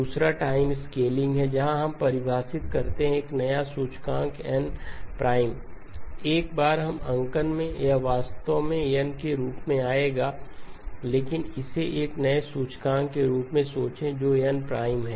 दूसरा time scaling है जहां हम परिभाषित करते हैं एक नया सूचकांक n एक बार हम अंकन में यह वास्तव में n के रूप में आएगा लेकिन इसे एक नए सूचकांक के रूप में सोचें जो कि n' है